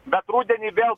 bet rudenį vėl